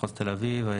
מחוז תל אביב.,